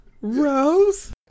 Rose